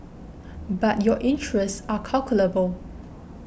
but your interests are calculable